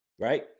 right